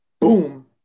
boom